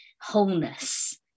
wholeness